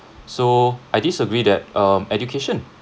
so I disagree that err education